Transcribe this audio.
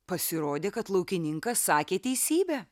pasirodė kad laukininkas sakė teisybę